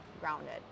grounded